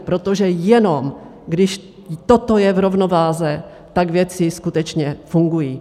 Protože jenom když toto je v rovnováze, tak věci skutečně fungují.